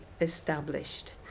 established